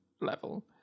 level